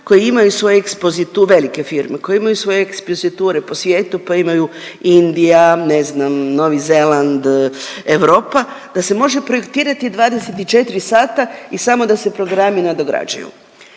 koje imaju svoje ekspoziture po svijetu, pa imaju Indija, ne znam, Novi Zeland, Europa, da se može projektirati 24 sata i samo da se programi nadograđuju.